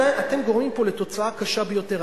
אתם גורמים פה לתוצאה קשה ביותר,